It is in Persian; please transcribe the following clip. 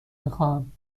میخواهم